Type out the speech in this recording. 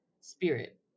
spirit